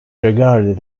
regarded